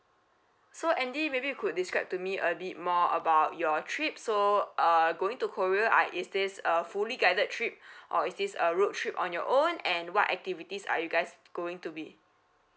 so andy maybe you could describe to me a bit more about your trip so uh going to korea ah is this a fully guided trip or is this a road trip on your own and what activities are you guys going to be